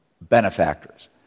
benefactors